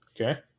Okay